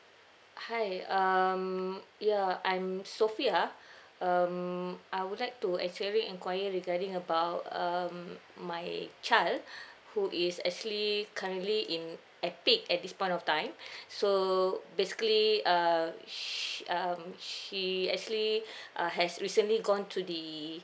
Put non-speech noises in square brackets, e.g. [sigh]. hi um ya I'm sofia [breath] um I would like to actually enquire regarding about um my child [breath] who is actually currently in eipic at this point of time [breath] so basically uh sh~ um she actually [breath] uh has recently gone to the